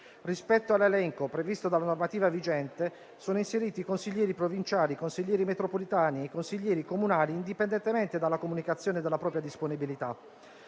Rispetto all'elenco previsto dalla normativa vigente, sono inseriti i consiglieri provinciali, i consiglieri metropolitani e i consiglieri comunali indipendentemente dalla comunicazione della propria disponibilità.